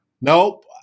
Nope